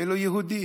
אלה יהודים,